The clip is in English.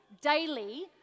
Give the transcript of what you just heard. daily